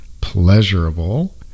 pleasurable